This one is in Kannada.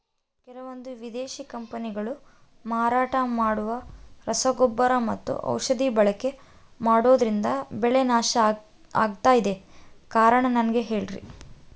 ಕೆಲವಂದು ವಿದೇಶಿ ಕಂಪನಿಗಳು ಮಾರಾಟ ಮಾಡುವ ರಸಗೊಬ್ಬರ ಮತ್ತು ಔಷಧಿ ಬಳಕೆ ಮಾಡೋದ್ರಿಂದ ಬೆಳೆ ನಾಶ ಆಗ್ತಾಇದೆ? ಕಾರಣ ನನಗೆ ಹೇಳ್ರಿ?